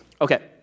Okay